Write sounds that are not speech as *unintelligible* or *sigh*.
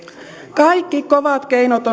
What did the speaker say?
kaikki kovat keinot *unintelligible*